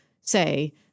say